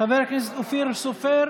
חבר הכנסת אופיר סופר,